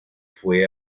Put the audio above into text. fue